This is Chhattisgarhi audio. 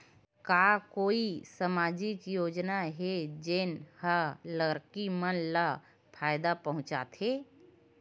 का कोई समाजिक योजना हे, जेन हा लड़की मन ला फायदा पहुंचाथे?